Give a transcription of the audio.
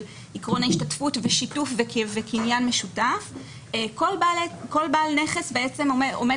עיקרון ההשתתפות ושיתוף וקניין משותף כל בעל נכס בעצם עומד